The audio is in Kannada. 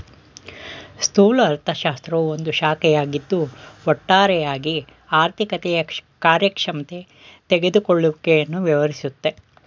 ಸ್ಥೂಲ ಅರ್ಥಶಾಸ್ತ್ರವು ಒಂದು ಶಾಖೆಯಾಗಿದ್ದು ಒಟ್ಟಾರೆಯಾಗಿ ಆರ್ಥಿಕತೆಯ ಕಾರ್ಯಕ್ಷಮತೆ ತೆಗೆದುಕೊಳ್ಳುವಿಕೆಯನ್ನು ವ್ಯವಹರಿಸುತ್ತೆ